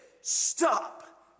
Stop